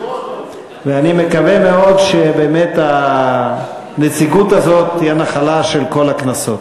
ואני מקווה מאוד שבאמת הנציגות הזאת תהיה נחלה של כל הכנסות.